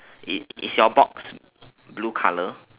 it is your box blue colour